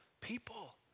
people